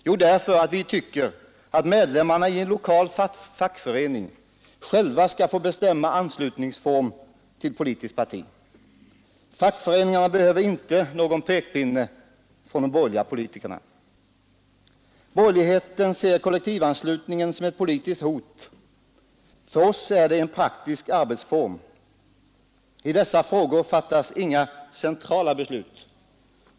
Jo, att vi tycker att medlemmarna i en lokal fackförening själva skall få bestämma formen för anslutning till politiskt parti. Fackföreningarna behöver inte någon inne från de borgerliga politikerna Borgerligheten ser kollektivanslutningen som ett politiskt hot. För oss är den en praktisk arbetsform, I dessa frågor fattas inga centrala beslut.